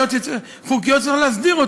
בעיות חוקיות שצריך להסדיר.